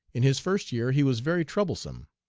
in his first year he was very troublesome.